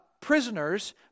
prisoners